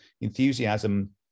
Enthusiasm